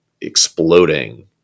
exploding